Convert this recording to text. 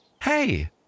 Hey